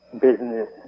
business